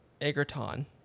Egerton